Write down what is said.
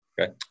Okay